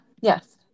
yes